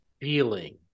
feeling